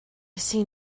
see